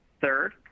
Third